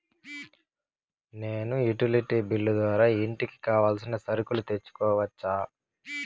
నేను utility bill ద్వారా ఇంటికి కావాల్సిన సరుకులు తీసుకోవచ్చా?